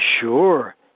Sure